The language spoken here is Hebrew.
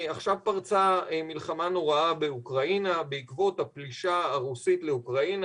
עכשיו פרצה מלחמה נוראה באוקראינה בעקבות הפלישה הרוסית לאוקראינה.